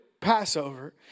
Passover